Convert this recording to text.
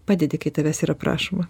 padedi kai tavęs yra prašoma